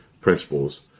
principles